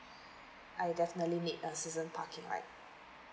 I definitely need a season parking like